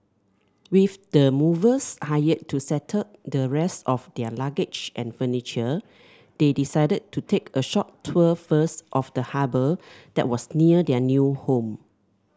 with the movers hired to settle the rest of their luggage and furniture they decided to take a short tour first of the harbour that was near their new home